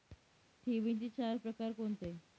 ठेवींचे चार प्रकार कोणते?